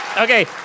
Okay